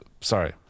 Sorry